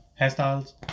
hairstyles